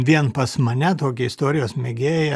vien pas mane tokį istorijos mėgėją